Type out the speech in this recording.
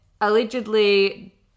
allegedly